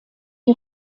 die